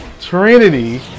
Trinity